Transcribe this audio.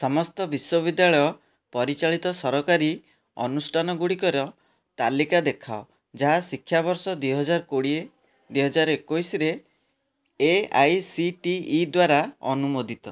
ସମସ୍ତ ବିଶ୍ୱବିଦ୍ୟାଳୟ ପରିଚାଳିତ ସରକାରୀ ଅନୁଷ୍ଠାନଗୁଡ଼ିକର ତାଲିକା ଦେଖାଅ ଯାହା ଶିକ୍ଷାବର୍ଷ ଦୁଇ ହଜାର କୋଡ଼ିଏ ଦୁଇ ହଜାର ଏକୋଇଶିରେ A I C T E ଦ୍ଵାରା ଅନୁମୋଦିତ